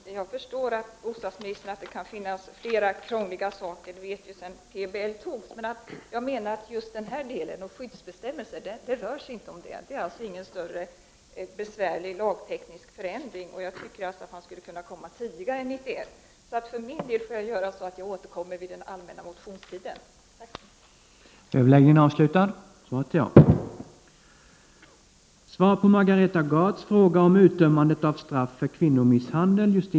Herr talman! Jag förstår, bostadsministern, att det kan finnas flera krångliga saker — det vet vi sedan PBL antogs — men jag menar att just den del som handlar om skyddsbestämmelser inte hör dit. Det är ingen besvärlig lagteknisk förändring. Jag tycker därför att man skulle kunna återkomma till riksdagen före 1991. För min del får jag därför återkomma i den här frågan vid den allmänna motionstiden. Tack!